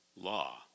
law